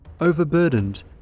overburdened